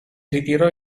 ritirò